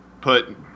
put